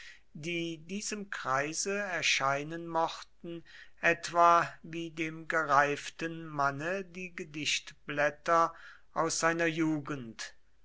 die diesem kreise erscheinen mochten etwa wie dem gereiften manne die gedichtblätter aus seiner jugend